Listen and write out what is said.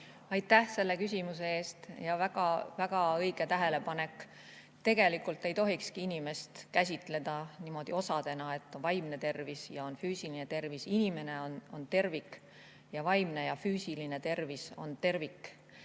Aitäh selle küsimuse eest! Väga õige tähelepanek. Tegelikult ei tohikski inimest käsitleda niimoodi osadena, et on vaimne tervis ja füüsiline tervis. Inimene on tervik ning vaimne ja füüsiline tervis on tervik.